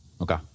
Okay